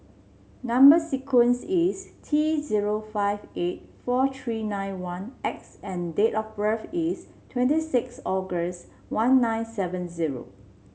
number sequence is T zero five eight four three nine one X and date of birth is twenty six August one nine seven zero